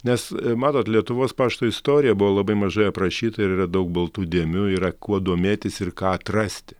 nes matot lietuvos pašto istorija buvo labai mažai aprašyta ir yra daug baltų dėmių yra kuo domėtis ir ką atrasti